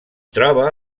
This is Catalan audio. troba